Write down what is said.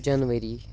January